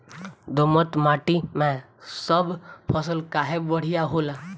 दोमट माटी मै सब फसल काहे बढ़िया होला?